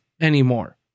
anymore